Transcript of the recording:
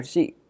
See